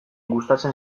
gustatzen